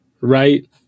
Right